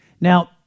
Now